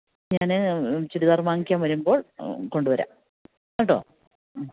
ഞാന് ചുരിദാർ വാങ്ങിക്കാൻ വരുമ്പോൾ കൊണ്ടുവരാം കേട്ടോ മ്മ്